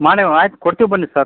ಮಾಡೇವು ಆಯ್ತು ಕೊಡ್ತೀವಿ ಬನ್ನಿ ಸರ್